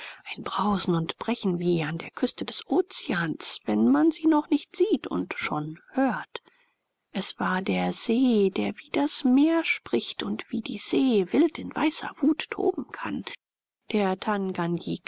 ein brausen und brechen wie an der küste des ozeans wenn man sie noch nicht sieht und schon hört es war der see der wie das meer spricht und wie die see wild in weißer wut toben kann der